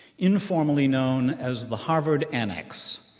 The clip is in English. informally known as the harvard annex.